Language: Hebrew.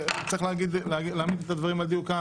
צריך להעמיד את הדברים על דיוקם,